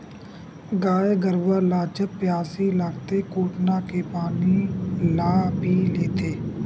गाय गरुवा ल जब पियास लागथे कोटना के पानी ल पीय लेथे